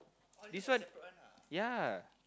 this one ya